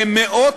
ממאות,